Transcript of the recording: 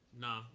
Nah